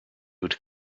would